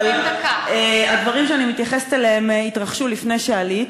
אבל הדברים שאני מתייחסת אליהם התרחשו לפני שעלית.